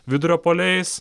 vidurio puolėjais